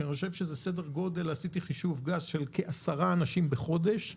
אני חושב שזה סדר גודל ועשיתי חישוב גס של כעשרה אנשים בחודש.